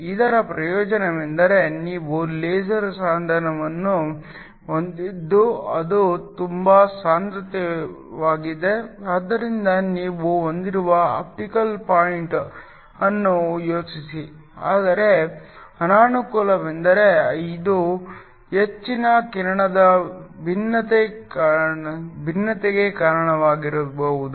ಇದರ ಪ್ರಯೋಜನವೆಂದರೆ ನೀವು ಲೇಸರ್ ಸಾಧನವನ್ನು ಹೊಂದಿದ್ದು ಅದು ತುಂಬಾ ಸಾಂದ್ರವಾಗಿರುತ್ತದೆ ಆದ್ದರಿಂದ ನೀವು ಹೊಂದಿರುವ ಆಪ್ಟಿಕಲ್ ಪಾಯಿಂಟ್ ಅನ್ನು ಯೋಚಿಸಿ ಆದರೆ ಅನನುಕೂಲವೆಂದರೆ ಇದು ಹೆಚ್ಚಿನ ಕಿರಣದ ಭಿನ್ನತೆಗೆ ಕಾರಣವಾಗಬಹುದು